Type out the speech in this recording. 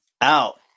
out